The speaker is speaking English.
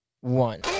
one